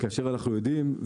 כאשר אנחנו יודעים,